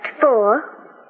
four